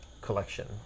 collection